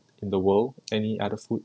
in the world any other food